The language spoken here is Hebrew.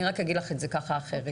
אני רק אגיד את זה ככה אחרת.